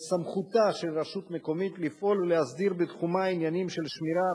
את סמכותה של רשות מקומית לפעול ולהסדיר בתחומה עניינים של שמירה,